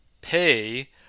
pay